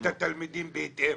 אבל תכשיר את התלמידים בהתאם.